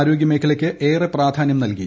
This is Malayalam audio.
ആരോഗൃമേഖലയ്ക്ക് ഏറെ പ്രാധാന്യം നൽകി